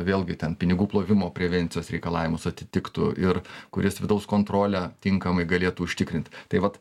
vėlgi ten pinigų plovimo prevencijos reikalavimus atitiktų ir kuris vidaus kontrolę tinkamai galėtų užtikrint tai vat